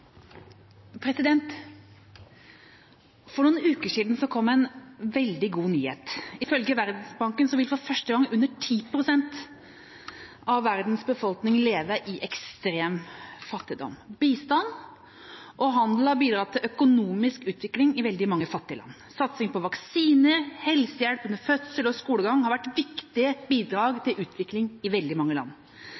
For noen uker siden kom en veldig god nyhet. Ifølge Verdensbanken vil for første gang under 10 pst. av verdens befolkning leve i ekstrem fattigdom. Bistand og handel har bidratt til økonomisk utvikling i veldig mange fattige land. Satsing på vaksine, på helsehjelp under fødsel og på skolegang har vært viktige bidrag til utvikling i veldig mange land.